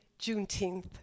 Juneteenth